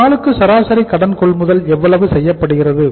ஒரு நாளுக்கு சராசரியாக கடன் கொள்முதல் எவ்வளவு செய்யப்படுகிறது